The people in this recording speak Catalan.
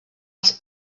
als